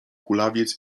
kulawiec